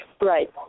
Right